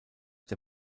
der